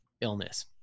illness